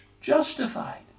Justified